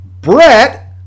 brett